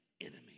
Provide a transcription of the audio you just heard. enemy